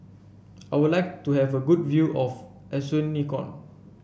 I would like to have a good view of Asuncion